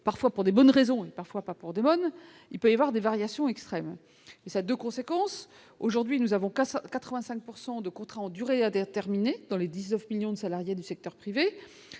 parfois pour des bonnes raisons parfois pour de bonnes, il peut y avoir des variations extrêmes et ça de conséquences, aujourd'hui nous avons 1500 85 pourcent de contrat endurer à déterminer dans les 19 millions de salariés du secteur privé,